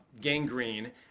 gangrene